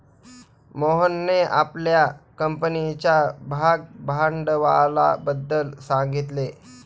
मोहनने आपल्या कंपनीच्या भागभांडवलाबद्दल सांगितले